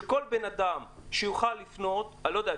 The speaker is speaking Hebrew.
שכל בן אדם יוכל לפנות אני לא יודע,